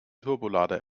turbolader